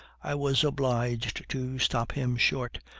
i was obliged to stop him short,